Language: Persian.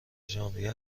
ژانویه